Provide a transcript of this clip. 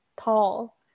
tall